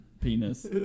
Penis